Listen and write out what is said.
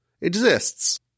exists